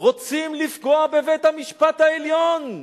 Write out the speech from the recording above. רוצים לפגוע בבית-המשפט העליון,